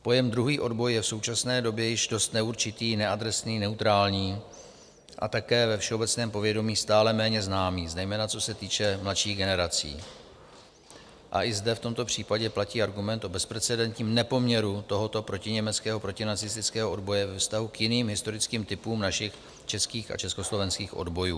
Pojem druhý odboj je v současné době již dost neurčitý, neadresný, neutrální a také ve všeobecném povědomí stále méně známý, zejména co se týče mladších generací, a i zde v tomto případě platí argument o bezprecedentním nepoměru tohoto protiněmeckého protinacistického odboje ve vztahu k jiným historickým typům našich českých a československých odbojů.